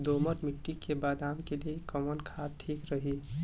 दोमट मिट्टी मे बादाम के लिए कवन खाद ठीक रही?